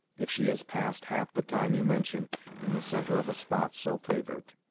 if she has passed half the time you mention in the centre of a spot so favored.